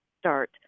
start